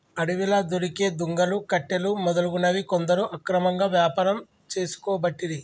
అడవిలా దొరికే దుంగలు, కట్టెలు మొదలగునవి కొందరు అక్రమంగా వ్యాపారం చేసుకోబట్టిరి